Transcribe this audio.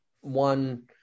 one